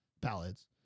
ballads